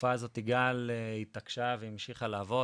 בתקופה הזאת גל התעקשה והמשיכה לעבוד